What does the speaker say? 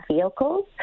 vehicles